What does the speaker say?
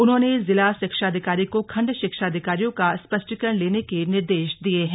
उन्होंने जिला शिक्षा अधिकारी को खण्ड शिक्षा अधिकारियों का स्पष्टीकरण लेने के निर्देश दिये हैं